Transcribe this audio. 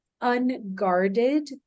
unguarded